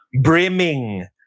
Brimming